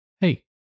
Hey